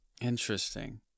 Interesting